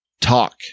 talk